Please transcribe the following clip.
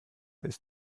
ist